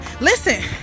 Listen